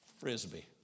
Frisbee